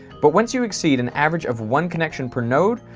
but once you exceed an average of one connection per node,